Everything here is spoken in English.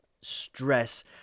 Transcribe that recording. stress